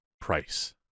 price